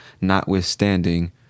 notwithstanding